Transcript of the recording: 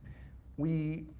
we,